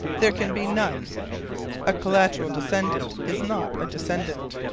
there can be none a collateral descendant is not a descendant.